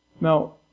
Now